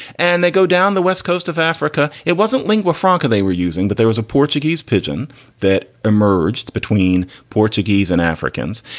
and they go down the west coast of africa. it wasn't lingua franca they were using, but there was a portuguese pidgin that emerged between portuguese and africans,